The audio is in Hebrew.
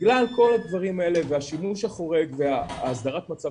שבגלל כל הדברים האלה והשימוש החורג והסדרת מצב